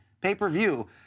pay-per-view